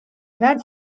that